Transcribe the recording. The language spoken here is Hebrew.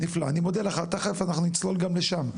נפלא אני מודה לך, תכף אנחנו נצלול גם לשם.